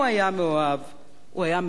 הוא היה מאוהב במדינת ישראל,